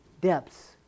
depths